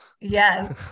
Yes